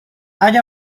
اگه